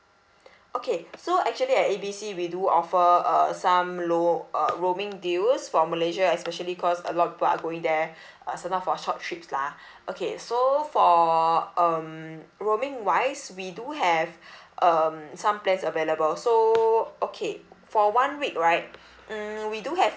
okay so actually at A B C we do offer uh some low uh roaming deals for malaysia especially cause a lot of people are going there uh for short trips lah okay so for um roaming wise we do have um some plans available so okay for one week right mm we do have